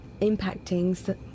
impacting